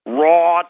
raw